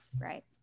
right